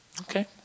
Okay